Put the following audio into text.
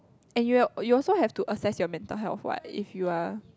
and you al~ you also have to assess your mental health what if you are